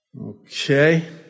Okay